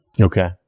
Okay